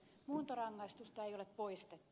muuntorangaistusta ei ole poistettu